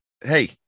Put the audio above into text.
Hey